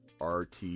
rt